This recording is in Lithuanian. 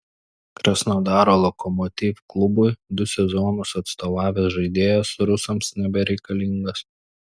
krasnodaro lokomotiv klubui du sezonus atstovavęs žaidėjas rusams nebereikalingas